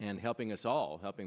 and helping us all helping the